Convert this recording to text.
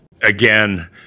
again